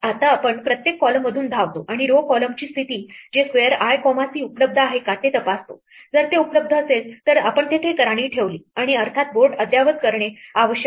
आता आपण प्रत्येक column मधून धावतो आणि row column ची स्थिती जे स्क्वेअर i कॉमा c उपलब्ध आहे का ते तपासा जर ते उपलब्ध असेल तर आपण तेथे एक राणी ठेवली आणि अर्थात बोर्ड अद्ययावत करणे आवश्यक आहे